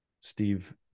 Steve